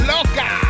Loca